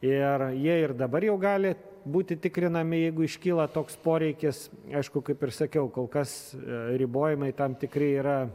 ir jie ir dabar jau gali būti tikrinami jeigu iškyla toks poreikis aišku kaip ir sakiau kol kas ribojimai tam tikri yra